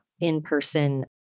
in-person